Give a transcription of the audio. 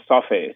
surface